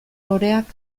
loreak